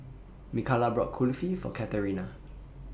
Mikala bought Kulfi For Katerina